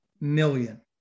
million